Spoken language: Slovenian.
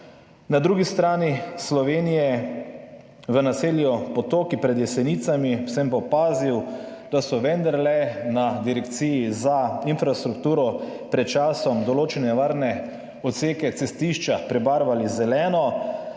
Na drugi strani Slovenije, v naselju Potoki pred Jesenicami sem pa opazil, da so vendarle na Direkciji za infrastrukturo pred časom določene nevarne odseke cestišča prebarvali zeleno,